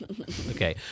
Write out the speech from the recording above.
okay